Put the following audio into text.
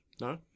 No